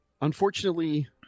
Unfortunately